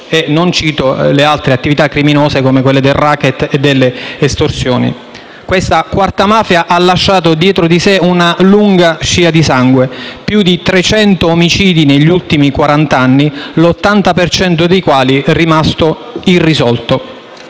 Non cito le altre attività criminose, come il *racket* e le estorsioni. Questa quarta mafia ha lasciato dietro di sé una lunga scia di sangue, più di 300 omicidi negli ultimi quarant'anni, l'80 per cento dei quali è rimasto impunito.